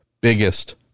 biggest